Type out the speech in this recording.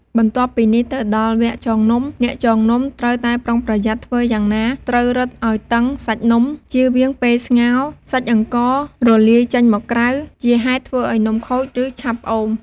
បន្ទាប់ពីនេះទៅដល់វគ្គចងនំ អ្នកចងនំត្រូវតែប្រុងប្រយ័ត្ន ធ្វើយ៉ាងណាត្រូវរឹតឱ្យតឹងសាច់នំ ចៀសវាងពេលស្ងោរ សាច់អង្កររលាយចេញមកក្រៅ ជាហេតុធ្វើឱ្យនំខូច ឬឆាប់ផ្អូម។